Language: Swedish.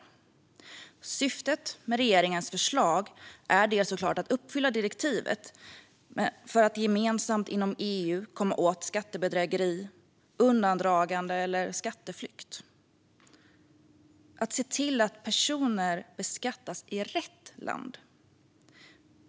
En del av syftet med regeringens förslag är såklart att uppfylla direktivet för att gemensamt inom EU komma åt skattebedrägeri, undandragande och skatteflykt och se till att personer beskattas i rätt land.